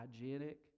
hygienic